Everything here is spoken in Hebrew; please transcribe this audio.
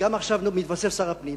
וגם עכשיו מתווסף שר הפנים,